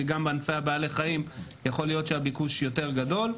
כי גם בענפי בעלי החיים יכול להיות שהביקוש יותר גדול.